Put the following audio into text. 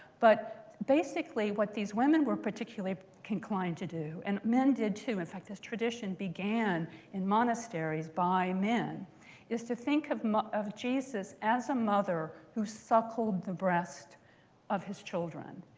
but basically what these women were particularly inclined to do and men did, too in fact, this tradition began in monasteries by men is to think of of jesus as a mother who suckled the breast of his children.